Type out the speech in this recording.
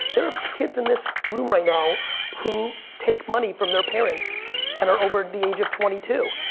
there are kids in this room right now who take money from their parents and are over the age of twenty two.